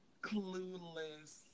clueless